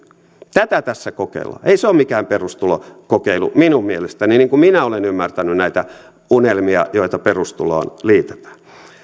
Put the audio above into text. tätä tässä kokeillaan ei se ole mikään perustulokokeilu minun mielestäni niin kuin minä olen ymmärtänyt näitä unelmia joita perustuloon liitetään